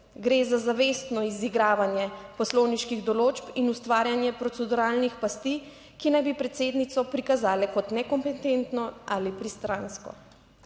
gre za zavestno izigravanje poslovniških določb in ustvarjanje proceduralnih pasti, ki naj bi predsednico prikazale kot nekompetentno ali pristransko.